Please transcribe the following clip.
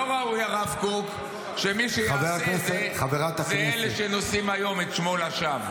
לא ראוי הרב קוק שמי שיעשה את זה הם אלה שנושאים היום את שמו לשווא.